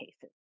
cases